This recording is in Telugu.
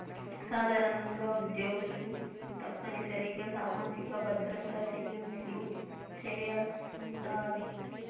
సాధారణంగా ఉద్యోగులు తప్పనిసరిగా సామాజిక భద్రత చెల్లింపులు చేయాల్సుండాది